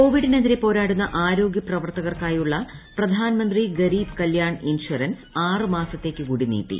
കോവിഡിനെതിരെ പോരാടുന്ന ആരോഗ്യ ന് പ്രവർത്തകർക്കായുള്ള പ്രധാൻമന്ത്രി ഗരീബ് കല്യാൺ ഇൻഷുറൻസ് ആറ് മാസത്തേക്ക് കൂടി നീട്ടി